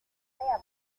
sea